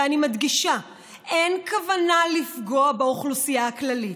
ואני מדגישה: אין כוונה לפגוע באוכלוסייה הכללית,